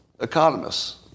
Economists